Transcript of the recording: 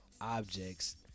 objects